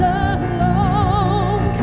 alone